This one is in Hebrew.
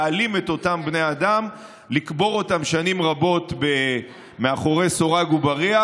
להעלים את אותם בני האדם ולקבור אותם שנים רבות מאחורי סורג ובריח,